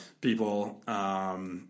people